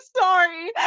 sorry